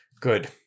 Good